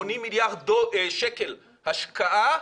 80 מיליארד שקלים השקעה